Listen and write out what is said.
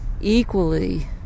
equally